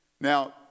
Now